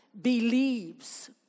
believes